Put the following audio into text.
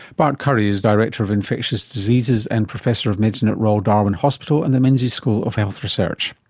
bart currie is director of infectious diseases and professor of medicine at royal darwin hospital and the menzies school of health research.